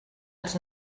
els